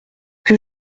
que